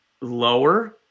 lower